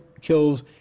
kills